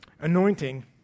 anointing